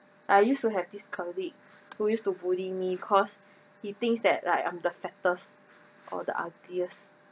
I used to have this colleague who used to bully me cause he thinks that like I'm the fattest or the ugliest